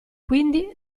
quindi